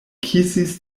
kisis